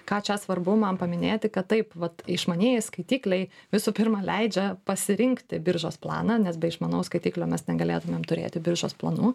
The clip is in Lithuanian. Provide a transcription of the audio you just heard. ką čia svarbu man paminėti kad taip vat išmanieji skaitikliai visų pirma leidžia pasirinkti biržos planą nes be išmanaus skaitiklio mes negalėtumėm turėti biržos planų